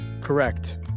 Correct